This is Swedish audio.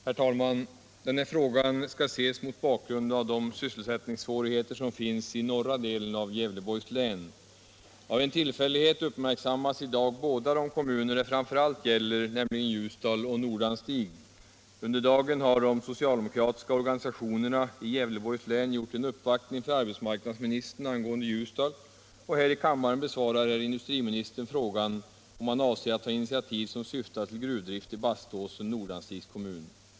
Herr talman! Den här frågan skall ses mot bakgrund av de sysselsättningssvårigheter som finns i norra delen av Gävleborgs län. Av en tillfällighet uppmärksammas i dag båda de kommuner det framför allt gäller, nämligen Ljusdal och Nordanstig. Under dagen har de socialdemokratiska organisationerna i Gävleborgs län gjort en uppvaktning för arbetsmarknadsministern angående Ljusdal, och här i kammaren besvarar herr industriministern frågan, om han avser att ta initiativ som syftar till gruvdrift i Baståsen, Nordanstigs kommun.